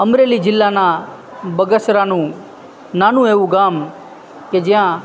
અમરેલી જિલ્લાના બગસરાનું નાનું એવું ગામ કે જ્યાં